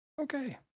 Okay